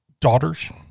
Daughters